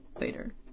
later